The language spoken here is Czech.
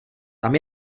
tam